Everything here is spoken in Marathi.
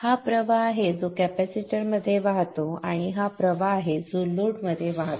हा प्रवाह आहे जो कॅपेसिटरमध्ये वाहतो आणि हा प्रवाह आहे जो लोडमध्ये वाहतो